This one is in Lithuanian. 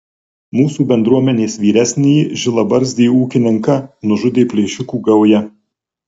mūsų bendruomenės vyresnįjį žilabarzdį ūkininką nužudė plėšikų gauja